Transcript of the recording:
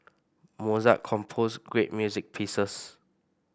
Mozart composed great music pieces